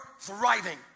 thriving